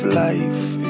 life